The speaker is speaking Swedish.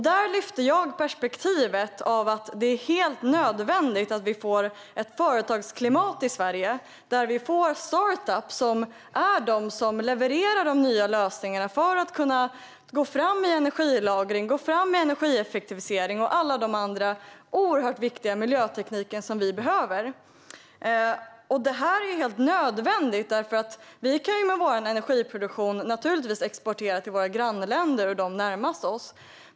Där lyfter jag fram perspektivet att det är helt nödvändigt att vi får ett företagsklimat i Sverige där vi får startup-företag som är de som levererar de nya lösningarna för att kunna gå fram med energilagring, energieffektivisering och alla de andra oerhört viktiga miljötekniker som vi behöver. Det är helt nödvändigt. Vi kan med vår energiproduktion naturligtvis exportera till våra grannländer och de närmast oss.